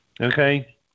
okay